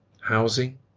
housing